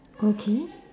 okay